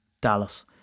Dallas